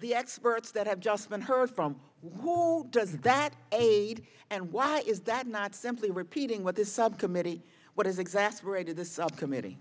the experts that have just been heard from who does that aid and why is that not simply repeating what the subcommittee what is exasperated the subcom